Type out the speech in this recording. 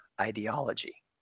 ideology